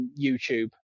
YouTube